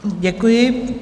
Děkuji.